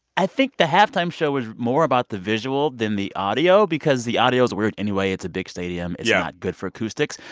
i think the halftime show was more about the visual than the audio because the audio's weird anyway. it's a big stadium yeah it's yeah not good for acoustics.